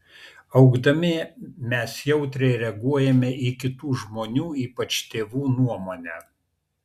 augdami mes jautriai reaguojame į kitų žmonių ypač tėvų nuomonę